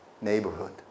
neighborhood